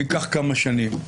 זה ייקח כמה שנים,